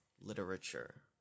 literature